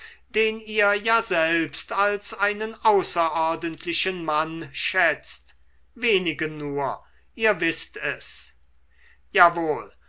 den ihr ja selbst als einen außerordentlichen mann schätzt wenige nur ihr wißt es jawohl